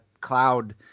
cloud